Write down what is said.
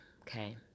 Okay